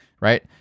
right